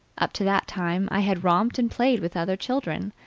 up to that time, i had romped and played with other children,